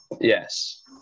Yes